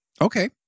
Okay